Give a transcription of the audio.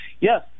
Yes